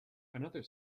another